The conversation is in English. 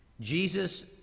Jesus